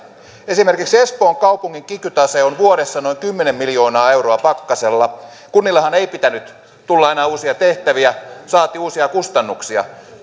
esimerkiksi espoon kaupungin kiky tase on vuodessa noin kymmenen miljoonaa euroa pakkasella kunnillehan ei pitänyt tulla enää uusia tehtäviä saati uusia kustannuksia